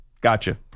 Gotcha